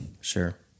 Sure